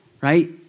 Right